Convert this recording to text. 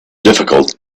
difficult